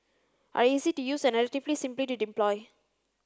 are easy to use and relatively simple to deploy